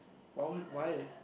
!wow! why